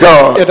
God